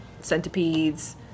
centipedes